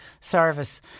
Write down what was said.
service